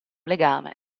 legame